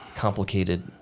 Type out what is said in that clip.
complicated